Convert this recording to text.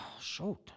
Shoot